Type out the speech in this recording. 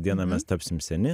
dieną mes tapsim seni